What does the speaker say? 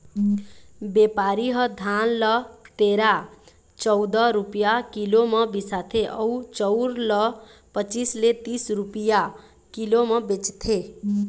बेपारी ह धान ल तेरा, चउदा रूपिया किलो म बिसाथे अउ चउर ल पचीस ले तीस रूपिया किलो म बेचथे